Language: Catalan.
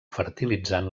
fertilitzant